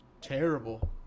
terrible